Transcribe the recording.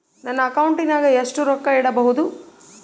ನನ್ನ ಅಕೌಂಟಿನಾಗ ಎಷ್ಟು ರೊಕ್ಕ ಇಡಬಹುದು?